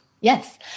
Yes